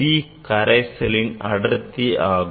C கரைசலின் அடர்த்தி ஆகும்